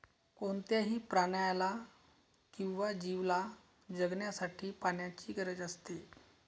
कोणत्याही प्राण्याला किंवा जीवला जगण्यासाठी पाण्याची गरज असते